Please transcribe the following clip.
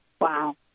wow